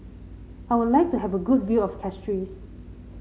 I would like to have a good view of Castries